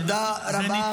תודה רבה.